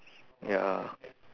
ya